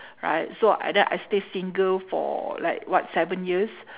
right so I that I I stayed single for like what seven years